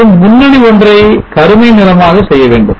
மற்றும் முன்னணி ஒன்றை கருமை நிறமாக செய்ய வேண்டும்